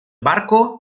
barco